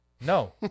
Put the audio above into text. No